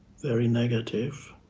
very negative